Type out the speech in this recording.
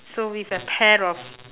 so with a pair of